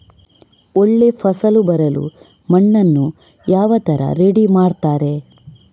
ಒಳ್ಳೆ ಫಸಲು ಬರಲು ಮಣ್ಣನ್ನು ಯಾವ ತರ ರೆಡಿ ಮಾಡ್ತಾರೆ?